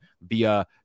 via